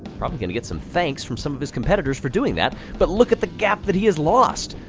probably gonna get some thanks from some of his competitors for doing that. but look at the gap that he has lost!